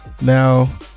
Now